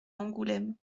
angoulême